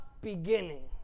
beginning